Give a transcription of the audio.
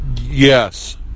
Yes